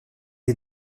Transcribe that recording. est